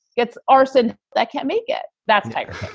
it's arson. that can't make it. that's tiger